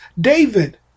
David